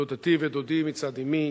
דודתי ודודי מצד אמי,